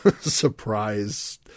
surprise